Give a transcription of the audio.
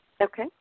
Okay